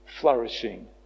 flourishing